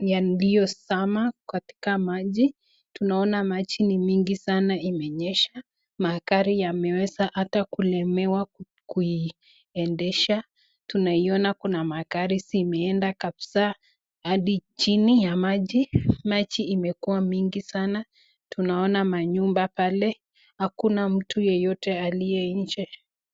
yaliyosama katika maji, tunaona maji ni mingi sana imenyesha magari hata yanaweza kuwendesha, naiyona kuna magari zimeenda kabisa, hadi chini ya maji, maji imekuwa mingi sana tunaona manyumba pale hakuna mtu yeyote aliye inche.